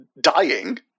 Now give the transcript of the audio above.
dying